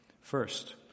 First